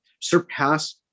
surpass